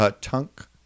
Tunk